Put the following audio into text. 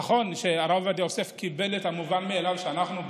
נכון שהרב עובדיה יוסף קיבל את המובן מאליו שאנחנו,